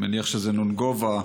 אני מניח שזה נ' גובה,